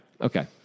Okay